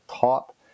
top